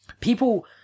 people